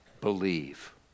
believe